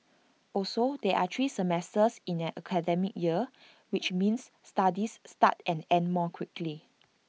also there are three semesters in an academic year which means studies start and end more quickly